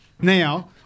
Now